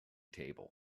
table